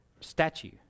statue